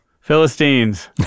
Philistines